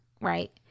right